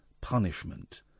punishment